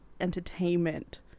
entertainment